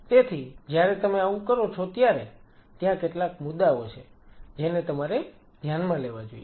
તેથી જ્યારે તમે આવું કરો છો ત્યારે ત્યાં કેટલાક મુદ્દાઓ છે જેને તમારે ધ્યાનમાં લેવા જોઈએ